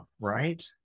right